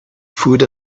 food